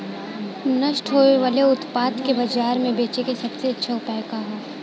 नष्ट होवे वाले उतपाद के बाजार में बेचे क सबसे अच्छा उपाय का हो?